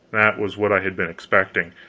that was what i had been expecting.